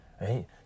right